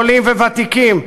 עולים וותיקים,